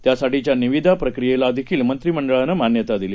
त्यासाठीच्यानिविदाप्रक्रियेलाहीमंत्रिमंडळानंमान्यतादिली